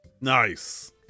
Nice